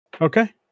Okay